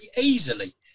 easily